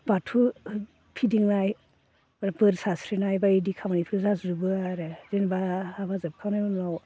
बाथौ फिदिंनाय बोर सारस्रिनाय बायदि खामानिफोर जाजोबो आरो जेनेबा हाबा जोबखांनायनि उनाव